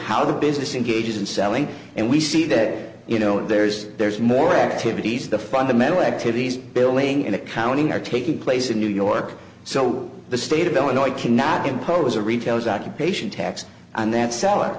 how the business in cages and selling and we see that you know but there is there's more activities the fundamental activities billing and accounting are taking place in new york so the state of illinois cannot impose a retail's occupation tax on that s